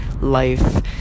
life